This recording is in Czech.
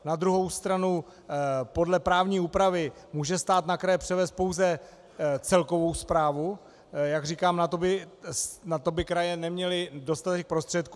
Na druhou stranu podle právní úpravy může stát na kraje převést pouze celkovou správu, jak říkám, a na to by kraje neměly dostatek prostředků.